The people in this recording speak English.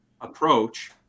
approach